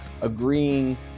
agreeing